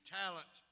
talent